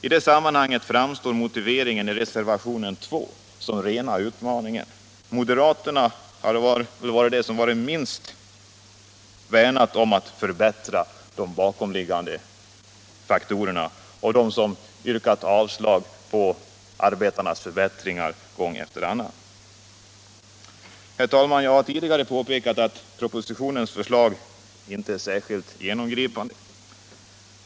I det sammanhanget framstår motiveringen i reservationen 2 som rena utmaningen. Moderaterna har väl varit de, som minst värnat om att förbättra de bakomliggande faktorerna och som gång efter annan yrkat avslag på arbetarnas förslag om förbättringar. Herr talman! Jag har tidigare påpekat att propositionens förslag inte är särskilt genomgripande.